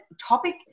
topic